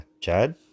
Chad